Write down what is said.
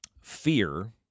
Fear